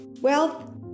Wealth